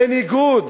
בניגוד,